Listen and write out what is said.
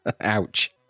Ouch